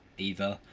either.